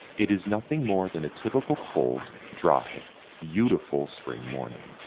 it is nothing more than a typical cold dry yeah beautiful spring morning,